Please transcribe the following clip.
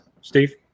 Steve